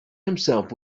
himself